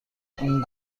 اون